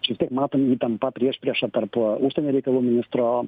čia vis tiek matom įtampa priešprieša tarp užsienio reikalų ministro